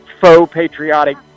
faux-patriotic